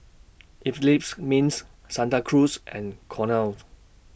Eclipse Mints Santa Cruz and Cornell